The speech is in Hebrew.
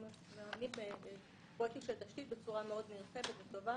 מממנים פרויקטים של תשתית בצורה מאוד נרחבת וטובה.